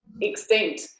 extinct